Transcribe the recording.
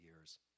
years